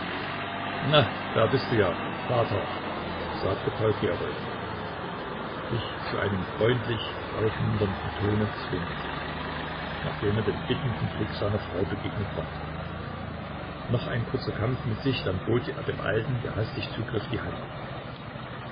na da bist du ja vater sagte paul gerold sich zu einem freundlich aufmunternden tone zwingend nachdem er dem bittenden blick seiner frau begegnet war noch ein kurzer kampf mit sich dann bot er dem alten der hastig zugriff die hand